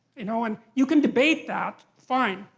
you know and you can debate that, fine.